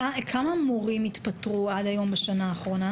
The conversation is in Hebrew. כמה מורים התפטרו בשנה האחרונה?